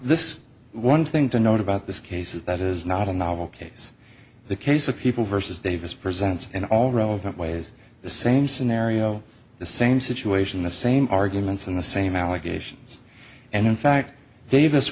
this one thing to note about this case is that is not a novel case the case of people versus davis presents and all relevant ways the same scenario the same situation the same arguments in the same allegations and in fact davis